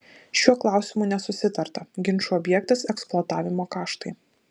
šiuo klausimu nesusitarta ginčų objektas eksploatavimo kaštai